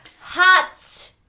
Hot